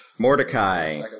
Mordecai